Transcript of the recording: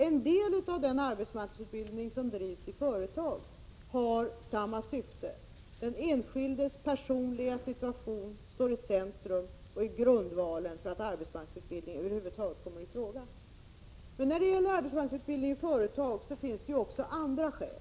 En del av den arbetsmarknadsutbildning som bedrivs i företag har samma syfte: den enskildes personliga situation står alltså i centrum och utgör grundvalen för att arbetsmarknadsutbildning över huvud taget kan komma i fråga. Men när det gäller arbetsmarknadsutbildning i företag finns det också andra skäl.